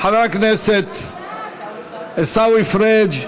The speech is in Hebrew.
חבר הכנסת עיסאווי פריג',